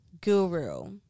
Guru